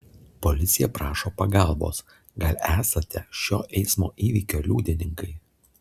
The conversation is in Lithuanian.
policija prašo pagalbos gal esate šio eismo įvykio liudininkai